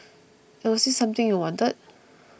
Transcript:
and was this something you wanted